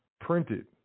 printed